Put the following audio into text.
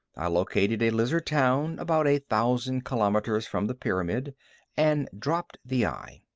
i located a lizard town about a thousand kilometers from the pyramid and dropped the eye.